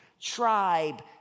tribe